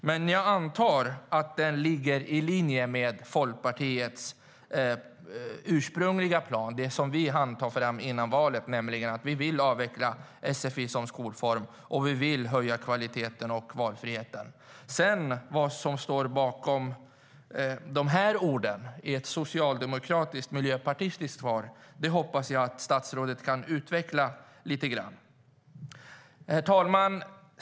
Men jag antar att den ligger i linje med Folkpartiets ursprungliga plan, den som vi hann ta fram före valet. Vi vill avveckla sfi som skolform och höja kvaliteten och valfriheten. Herr talman!